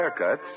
haircuts